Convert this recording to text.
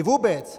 Vůbec!